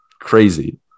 crazy